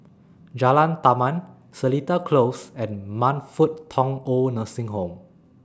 Jalan Taman Seletar Close and Man Fut Tong Old Nursing Home